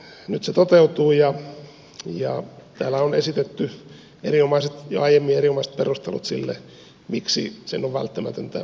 mutta nyt se toteutuu ja täällä on esitetty jo aiemmin erinomaiset perustelut sille miksi sen on välttämätöntä toteutua